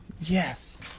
Yes